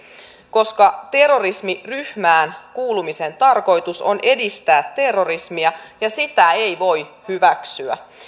koska terrorismiryhmään kuulumisen tarkoitus on edistää terrorismia ja sitä ei voi hyväksyä